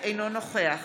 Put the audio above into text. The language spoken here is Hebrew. אינו נוכח